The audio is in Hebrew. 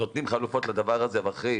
ונותנים חלופות לדבר הזה, ואחרי